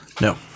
No